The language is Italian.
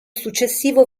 successivo